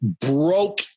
broke